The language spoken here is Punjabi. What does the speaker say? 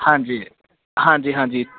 ਹਾਂਜੀ ਹਾਂਜੀ ਹਾਂਜੀ